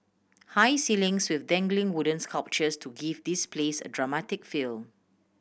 high ceilings with dangling wooden sculptures to give this place a dramatic feel